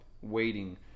waiting